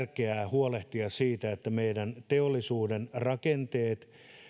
huolehtia siitä että meidän teollisuuden rakenteet